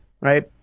right